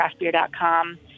craftbeer.com